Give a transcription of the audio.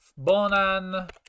bonan